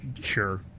sure